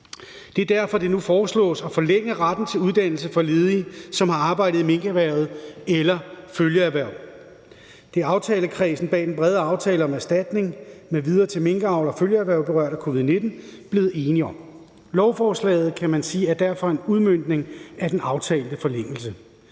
Det er derfor, det nu foreslås at forlænge retten til uddannelse for ledige, som har arbejdet i minkerhvervet eller følgeerhverv. Det er aftalekredsen bag den brede aftale om erstatning m.v. til minkavlere og følgeerhverv berørt af covid-19 blevet enige om. Lovforslaget er derfor en udmøntning af den aftalte forlængelse.